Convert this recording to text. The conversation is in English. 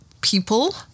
people